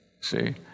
See